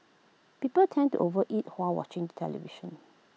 people tend to overeat while watching television